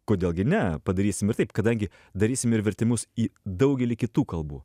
kodėl gi ne padarysim ir taip kadangi darysim ir vertimus į daugelį kitų kalbų